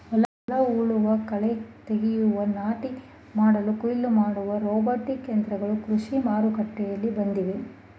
ಹೊಲ ಉಳುವ, ಕಳೆ ತೆಗೆಯುವ, ನಾಟಿ ಮಾಡುವ, ಕುಯಿಲು ಮಾಡುವ ರೋಬೋಟಿಕ್ ಯಂತ್ರಗಳು ಕೃಷಿ ಮಾರುಕಟ್ಟೆಯಲ್ಲಿ ಬಂದಿವೆ